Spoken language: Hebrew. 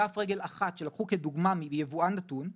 כף רגל אחת שלקחו כדוגמה מיבואן נתון,